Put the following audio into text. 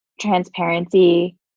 transparency